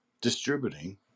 distributing